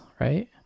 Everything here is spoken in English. right